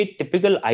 typical